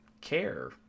care